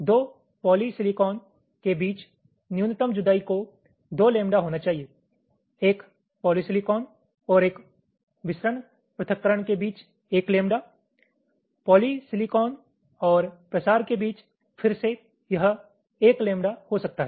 दो पॉलीसिलिकॉन के बीच न्यूनतम जुदाई को दो लैम्ब्डा होना चाहिए एक पॉलीसिलिकॉन और एक विसरण पृथक्करण के बीच 1 लैम्ब्डा पॉलीसिलिकॉन और प्रसार के बीच फिर से यह 1 लैम्ब्डा हो सकता है